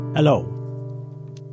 Hello